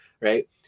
Right